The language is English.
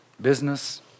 business